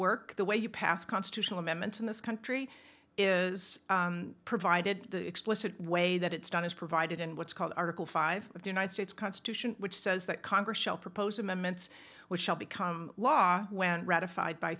work the way you pass constitutional amendments in this country is provided the explicit way that it's done is provided in what's called article five of the united states constitution which says that congress shall propose amendments which shall become law when ratified by